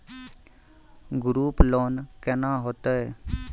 Group loan केना होतै?